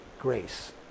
grace